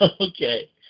okay